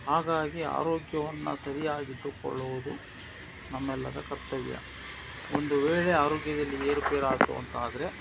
ಹಾಗಾಗಿ ಆರೋಗ್ಯವನ್ನು ಸರಿಯಾಗಿಟ್ಟುಕೊಳ್ಳುವುದು ನಮ್ಮೆಲ್ಲರ ಕರ್ತವ್ಯ ಒಂದು ವೇಳೆ ಆರೋಗ್ಯದಲ್ಲಿ ಏರುಪೇರಾಯಿತು ಅಂತಾದರೆ